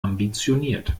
ambitioniert